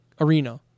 arena